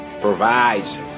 Provides